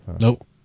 Nope